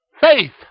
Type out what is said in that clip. faith